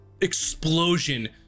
explosion